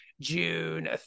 june